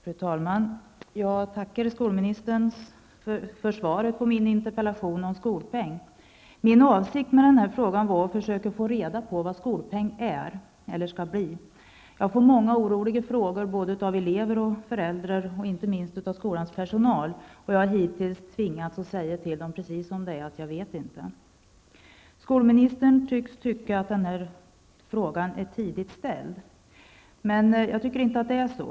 Fru talman! Jag tackar skolministern för svaret på min interpellation om skolpeng. Min avsikt med interpellationen var att försöka få reda på vad skolpeng är eller skall bli. Jag får många frågor av oroliga elever, föräldrar och inte minst skolans personal. Jag har hittills tvingats säga precis som det är att jag inte vet. Skolministern synes tycka att frågan är tidigt ställd. Men det tycker inte jag.